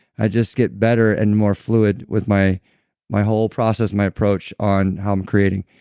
i just get better and more fluid with my my whole process, my approach on how i'm creating.